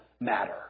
matter